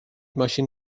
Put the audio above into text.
ماشین